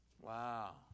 Wow